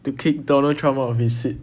to kick donald trump out of his seat